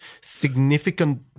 significant